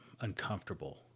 uncomfortable